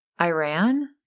Iran